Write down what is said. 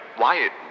Wyatt